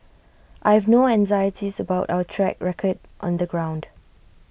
I have no anxieties about our track record on the ground